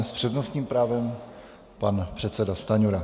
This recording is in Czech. S přednostním právem pan předseda Stanjura.